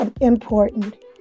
important